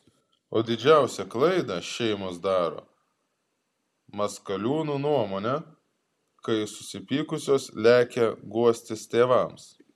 o didžiausią klaidą šeimos daro maskaliūnų nuomone kai susipykusios lekia guostis tėvams